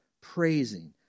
praising